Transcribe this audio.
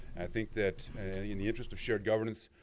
i think that in the interest of shared governance,